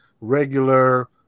regular